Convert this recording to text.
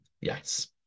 yes